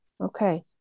Okay